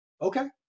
Okay